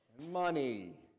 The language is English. money